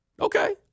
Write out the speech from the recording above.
Okay